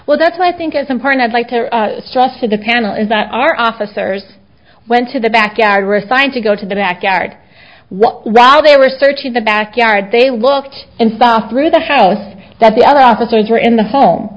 well that's why i think it's important i'd like to stress to the panel is that our officers went to the backyard were assigned to go to the back yard while they were searching the backyard they looked and saw through the house that the other officers were in the home